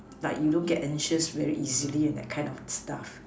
like you don't get anxious very easily and that kind of stuff